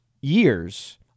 years